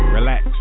Relax